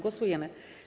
Głosujemy.